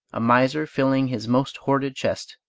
a miser filling his most hoarded chest,